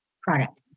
Product